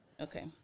okay